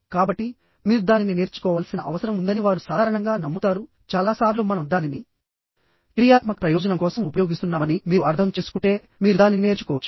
కాబట్టి మీరు దానిని నేర్చుకోవాల్సిన అవసరం ఉందని వారు సాధారణంగా నమ్ముతారుచాలా సార్లు మనం దానిని క్రియాత్మక ప్రయోజనం కోసం ఉపయోగిస్తున్నామని మీరు అర్థం చేసుకుంటే మీరు దానిని నేర్చుకోవచ్చు